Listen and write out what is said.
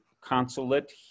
consulate